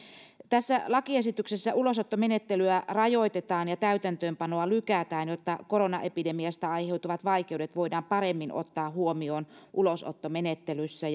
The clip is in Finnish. tässä lakiesityksessä ulosottomenettelyä rajoitetaan ja täytäntöönpanoa lykätään jotta koronaepidemiasta aiheutuvat vaikeudet voidaan paremmin ottaa huomioon ulosottomenettelyissä